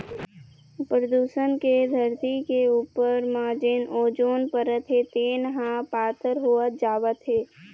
परदूसन के धरती के उपर म जेन ओजोन परत हे तेन ह पातर होवत जावत हे